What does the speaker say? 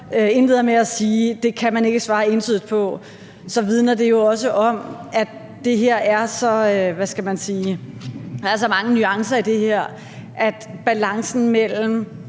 indleder med at sige, at det kan man ikke svare entydigt på, så vidner det jo også om, at der – hvad skal man sige – er så mange nuancer i det her, at vi altså bare